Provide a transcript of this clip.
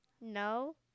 No